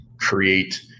create